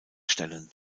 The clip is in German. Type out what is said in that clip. stellen